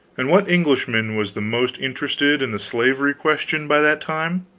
and what englishman was the most interested in the slavery question by that time?